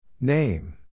Name